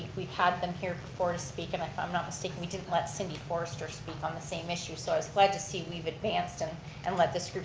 we had them here before to speak and if i'm not mistaken, we didn't let cindy forrester speak on the same issue. so i was glad to see we've advanced and and let this group